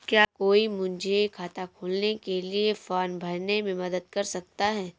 क्या कोई मुझे खाता खोलने के लिए फॉर्म भरने में मदद कर सकता है?